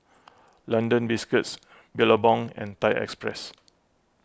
London Biscuits Billabong and Thai Express